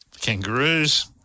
Kangaroos